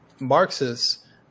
Marxists